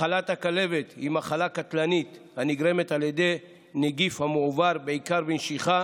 מחלת הכלבת היא מחלה קטלנית הנגרמת על ידי נגיף המועבר בעיקר בנשיכה